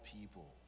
people